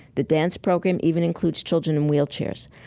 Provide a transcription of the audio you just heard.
the dance program even includes children in wheelchairs.